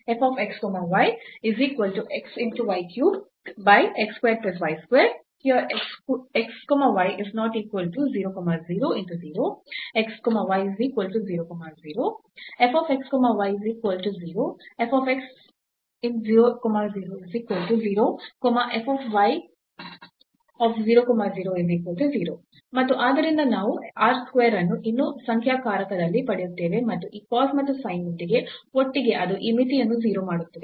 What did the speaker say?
ಮತ್ತು ಆದ್ದರಿಂದ ನಾವು r square ಅನ್ನು ಇನ್ನೂ ಸಂಖ್ಯಾಕಾರಕದಲ್ಲಿ ಪಡೆಯುತ್ತೇವೆ ಮತ್ತು ಈ cos ಮತ್ತು sin ನೊಂದಿಗೆ ಒಟ್ಟಿಗೆ ಅದು ಈ ಮಿತಿಯನ್ನು 0 ಮಾಡುತ್ತದೆ